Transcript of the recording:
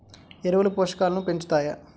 ఎరువులు పోషకాలను పెంచుతాయా?